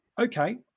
okay